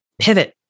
pivot